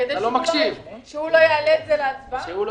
כדי שהוא לא יעלה את זה להצבעה.